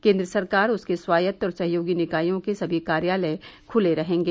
केन्द्र सरकार उसके स्वायत्त और सहयोगी निकायों के सभी कार्यालय खुले रहेंगे